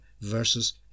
versus